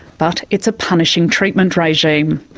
but it's a punishing treatment regime.